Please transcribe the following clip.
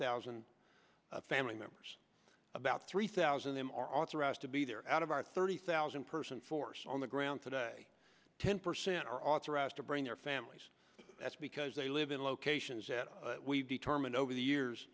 thousand family members about three thousand of them are authorized to be there out of our thirty thousand person force on the ground today ten percent are authorized to bring their families that's because they live in locations and we've determined over the years